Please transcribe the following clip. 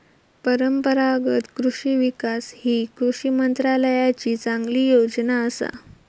परंपरागत कृषि विकास ही कृषी मंत्रालयाची चांगली योजना असा